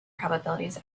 probabilities